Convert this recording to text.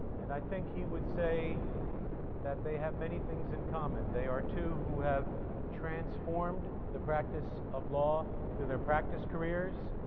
and i think he would say that they have many things in common. they are two who have transformed the practice of law through their practice careers.